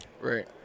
right